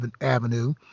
Avenue